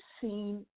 seen